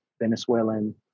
Venezuelan